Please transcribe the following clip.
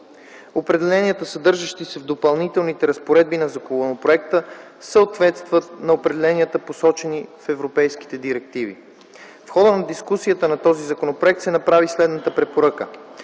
Определенията, съдържащи се в Допълнителните разпоредби на законопроекта, съответстват на определенията, посочени в европейските директиви. В хода на дискусията на този законопроект се направи следната препоръка: